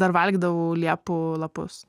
dar valgydavau liepų lapus